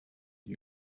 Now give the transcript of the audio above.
die